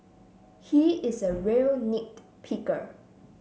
he is a real nit picker